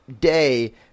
day